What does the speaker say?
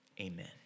Amen